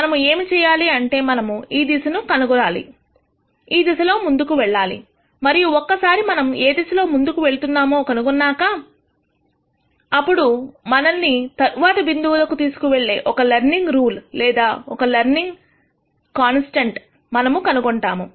మనము ఏమి చేయాలి అంటే మనము ఒక దిశను కనుగొనాలి ఆ దిశలో ముందుకు వెళ్లాలి మరియు ఒక్కసారి మనము ఏ దిశలో ముందుకు వెళ్లాలో కనుగొన్నాక అప్పుడ మనల్ని తరువాత బిందువుకు తీసుకువెళ్లే ఒక లెర్నింగ్ రూల్ లేదా ఒక లెర్నింగ్ కాన్స్ టెంట్ మనము కనుగొంటాము